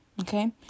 Okay